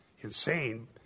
insane